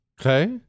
Okay